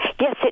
Yes